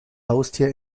haustier